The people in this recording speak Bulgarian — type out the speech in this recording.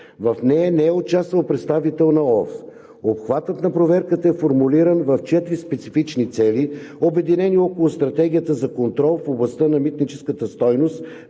В нея не е участвал представител на ОЛАФ. Обхватът на проверката е формулиран в четири специфични цели, обединени около стратегията за контрол в областта на митническата стойност